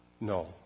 No